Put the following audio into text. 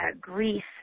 grief